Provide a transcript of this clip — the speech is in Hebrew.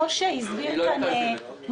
הרפורמה הזאת הולכת לכיוון של מרשמים.